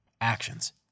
Actions